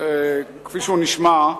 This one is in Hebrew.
כפי שהוא נשמע,